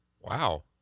Wow